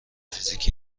فیزیک